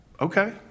Okay